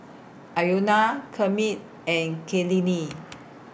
Kermit and Kaylene